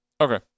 Okay